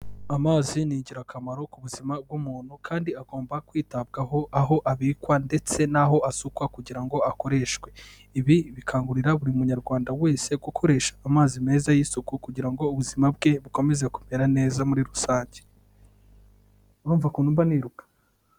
Amazi ni ingirakamaro ku buzima bw'umuntu, kandi agomba kwitabwaho aho abikwa ndetse n'aho asukwa kugira ngo akoreshwe. Ibi bikangurira buri munyarwanda wese gukoresha amazi meza y'isuku, kugira ngo ubuzima bwe bukomeze kumera neza muri rusange. Urumva ukuntu mba niruka?